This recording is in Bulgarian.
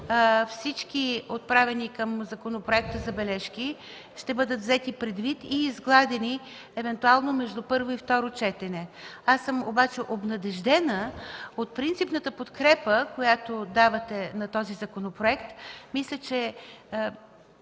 Всички отправени към законопроекта забележки ще бъдат взети предвид и изгладени евентуално между първо и второ четене. Аз обаче съм обнадеждена от принципната подкрепа, която давате на този законопроект. Мисля, че